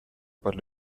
per